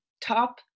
top